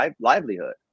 livelihood